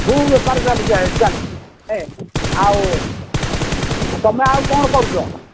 ଫୁଲ୍ ବେପାର ଚାଲିଛି ଚାଲିଛି ଏଁ ଆଉ ତୁମେ ଆଉ କ'ଣ କରୁଛ